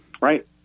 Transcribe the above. right